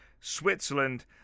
Switzerland